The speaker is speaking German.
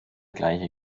gleiche